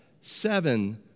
seven